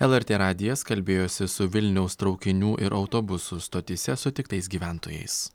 lrt radijas kalbėjosi su vilniaus traukinių ir autobusų stotyse sutiktais gyventojais